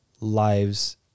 lives